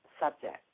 subject